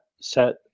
set